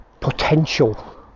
potential